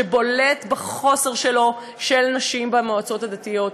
שבולט בחוסר שלו, של נשים במועצות הדתיות.